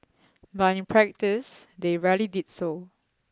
but in practice they rarely did so